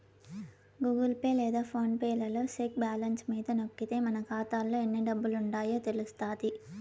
Google Pay లేదా PhonePe లలో check balance మీద నొక్కితే మన కాతాలో ఎన్ని డబ్బులుండాయో తెలస్తాది